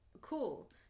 Cool